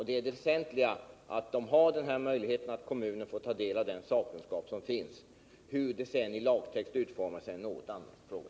Det väsentliga är att kommunen kan få ta del av den sakkunskap som finns. Hur sedan lagtexten kommer att utformas är en annan fråga.